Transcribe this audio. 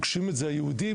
היהודים,